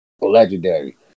legendary